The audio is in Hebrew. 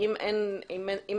ואם אין רישיון,